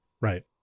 right